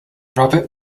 robert